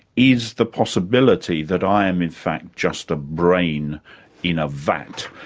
is the possibility that i am in fact just a brain in a vat.